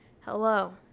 hello